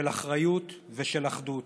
של אחריות ושל אחדות.